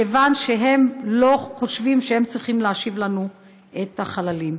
כיוון שהם לא חושבים שהם צריכים להשיב לנו את החללים.